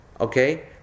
Okay